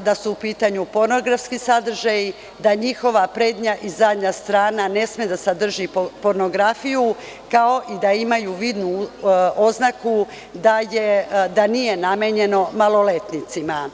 da su u pitanju pornografski sadržaji, da njihova prednja i zadnja strana ne sme da sadrži pornografiju, kao i da imaju vidnu oznaku da nije namenjeno maloletnicima.